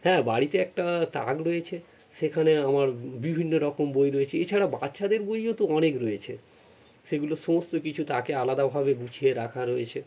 হ্যাঁ বাড়িতে একটা তাক রয়েছে সেখানে আমার বিভিন্ন রকম বই রয়েছে এছাড়া বাচ্চাদের বইও তো অনেক রয়েছে সেগুলো সমস্ত কিছু তাকে আলাদাভাবে গুছিয়ে রাখা রয়েছে